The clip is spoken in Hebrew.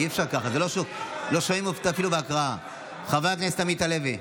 אני אתחיל לקרוא לכם קריאות ליציאה.